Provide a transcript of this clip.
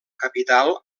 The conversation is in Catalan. capital